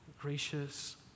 gracious